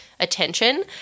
attention